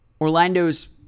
Orlando's